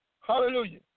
Hallelujah